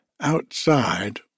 Outside